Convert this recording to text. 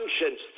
conscience